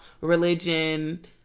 religion